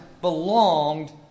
belonged